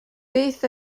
beth